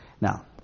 Now